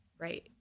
Right